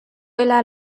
إلى